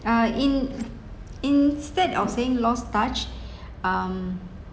uh in instead of saying lost touch um